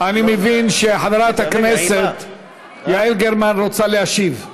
אני מבין שחברת הכנסת יעל גרמן רוצה להשיב.